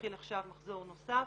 התחיל עכשיו מחזור נוסף,